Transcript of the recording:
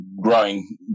growing